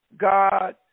God